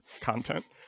content